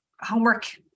homework